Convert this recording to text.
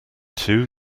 two